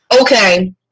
okay